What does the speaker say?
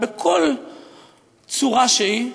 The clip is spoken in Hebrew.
בכל צורה שהיא,